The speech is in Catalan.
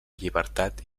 llibertat